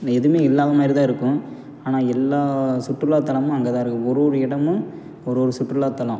எதுவுமே இல்லாதமாதிரிதான் இருக்கும் ஆனால் எல்லா சுற்றுலா தளமும் அங்கேதான் இருக்கு ஒரு ஒரு இடமும் ஒரு ஒரு சுற்றுலா தளம்